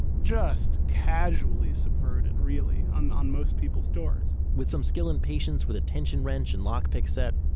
just casually subverted, really, on on most people's doors with some skill and patience with a tension wrench and lockpick set,